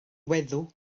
weddw